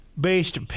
based